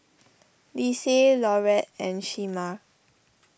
Lise Laurette and Shemar